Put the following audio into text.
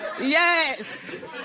Yes